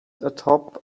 atop